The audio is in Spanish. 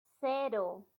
cero